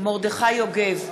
מרדכי יוגב,